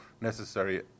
necessary